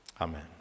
Amen